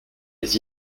les